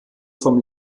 vom